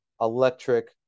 electric